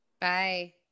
Bye